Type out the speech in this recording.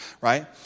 right